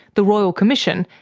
the royal commission,